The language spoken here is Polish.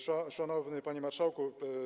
Szanowny Panie Marszałku!